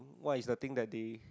what is the things that they